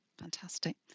Fantastic